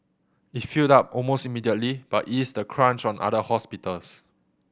it filled up almost immediately but eased the crunch on other hospitals